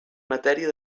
matèria